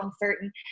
uncertain